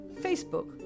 Facebook